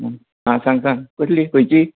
आं सांग सांग कसली खंयची